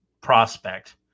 prospect